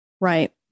Right